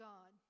God